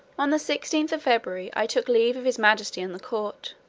on the sixteenth of february i took leave of his majesty and the court.